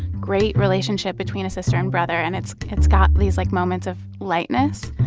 great relationship between a sister and brother. and it's it's got these, like, moments of lightness.